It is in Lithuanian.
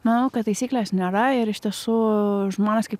manau kad taisyklės nėra ir iš tiesų žmonės kaip